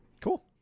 Cool